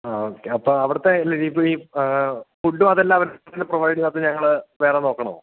ആ ഓക്കെ അപ്പോള് അവിടുത്തെ ഇപ്പ ഈ ഫുഡും അതെല്ലാം അവിടെ നിങ്ങള് പ്രൊവൈഡ് ചെയ്യുമോ അതോ ഞങ്ങള് വേറെ നോക്കണോ